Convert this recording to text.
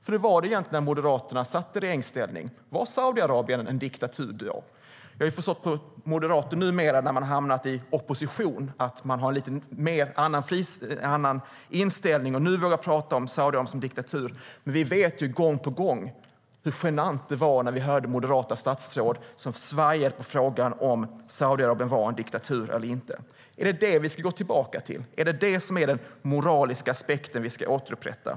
Hur var det egentligen när Moderaterna satt i regeringsställning? Var Saudiarabien en diktatur då? Jag har förstått att moderater har en lite annan inställning numera, när de hamnat i opposition. Nu vågar de prata om Saudiarabien som en diktatur. Men vi vet hur genant det var gång på gång när vi hörde moderata statsråd som svajade när de fick frågan om Saudiarabien var en diktatur eller inte. Är det detta vi ska gå tillbaka till? Är detta den moraliska aspekt vi ska återupprätta?